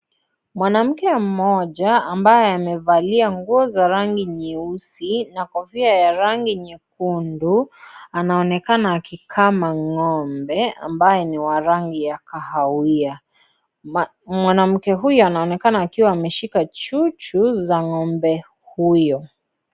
Mwanamke mmoja ambaye amevalia nguo za rangi nyeusi na kofia ya rangi nyekundu anaonekana akikama ngombe ambaye ni wa rangi ya kahawia. Mwanamke huyu anaonekana akiwa ameshika chuchu za ngombe huyo.